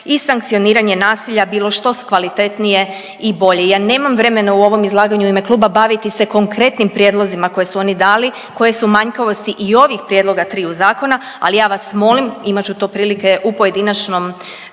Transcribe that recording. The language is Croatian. i sankcioniranje nasilja bilo što kvalitetnije i bolje. Ja nemam vremena u ovom izlaganju u ime kluba baviti se konkretnim prijedlozima koje su oni dali, koje su manjkavosti i ovih prijedloga triju zakona, ali ja vas molim imat ću to prilike u pojedinačnom